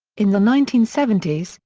in the nineteen seventy s,